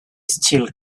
still